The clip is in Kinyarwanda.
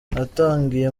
natangiye